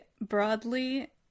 broadly